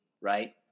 Right